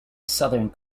southern